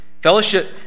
Fellowship